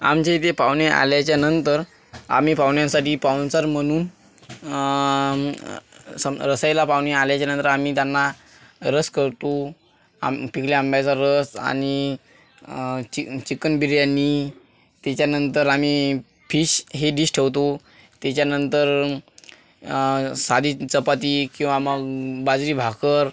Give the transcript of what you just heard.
आमच्या इथे पाहुणे आल्याच्यानंतर आम्ही पाहुण्यांसाठी पाहुणचार म्हणून रसईला पाहुणे आल्याच्यानंतर आम्ही त्यांना रस करतो आम पिकल्या आंब्याचा रस आणि चि चिकन बिर्याणी तिच्यानंतर आम्ही फिश हे डिश ठेवतो तिच्यानंतर साधी चपाती किंवा मग भाजी भाकर